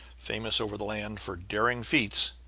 famous over the land for daring feats,